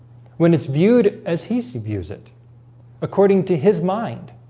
when it's viewed as he's abused it according to his mind